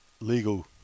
legal